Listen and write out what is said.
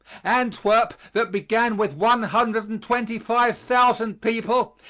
antwerp, that began with one hundred and twenty five thousand people,